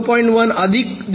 1 अधिक 0